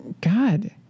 God